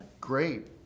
great